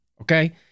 Okay